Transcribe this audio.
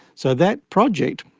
so that project,